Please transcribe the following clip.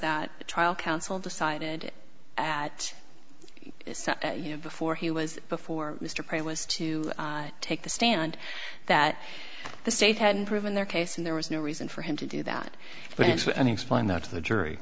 that the trial counsel decided that you know before he was before mr perry was to take the stand that the state had proven their case and there was no reason for him to do that any explained that to the jury